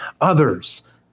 others